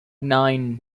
nine